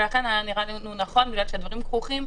ולכן היה נראה לנו נכון בגלל שהדברים כרוכים,